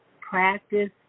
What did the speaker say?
practice